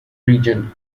region